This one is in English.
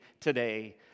today